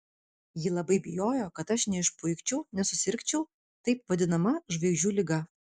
ji labai bijojo kad aš neišpuikčiau nesusirgčiau taip vadinama žvaigždžių liga